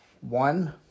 One